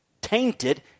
tainted